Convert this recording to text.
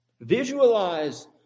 Visualize